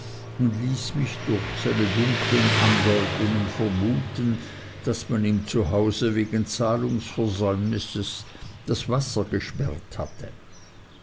und ließ mich durch seine dunkeln andeutungen vermuten daß man ihm zu hause wegen zahlungsversäumnisses das wasser abgesperrt hatte